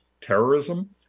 terrorism